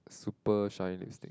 super shine lipstick